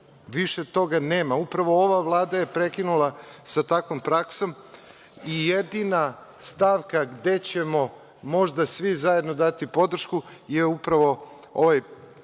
Više toga nema. Upravo ova Vlada je prekinula sa takvom praksom. Jedina stavka gde ćemo možda svi zajedno dati podršku je upravo ovaj